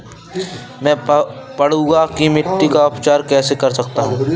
मैं पडुआ की मिट्टी का उपचार कैसे कर सकता हूँ?